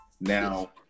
Now